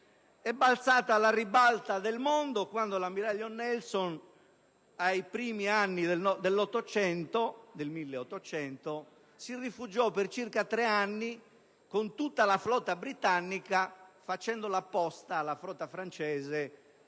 È balzata alla ribalta del mondo quando l'ammiraglio Nelson, nei primi anni del 1800, vi si rifugiò per circa tre anni con tutta la flotta britannica, facendo la posta alla flotta francese